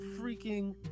freaking